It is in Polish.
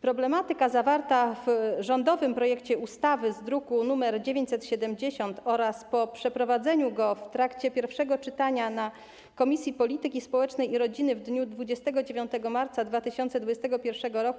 Problematyka zawarta w rządowym projekcie ustawy z druku nr 970, po przeprowadzeniu jego pierwszego czytania w Komisji Polityki Społecznej i Rodziny w dniu 29 marca 2021 r.,